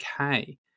okay